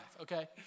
okay